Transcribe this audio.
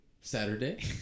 Saturday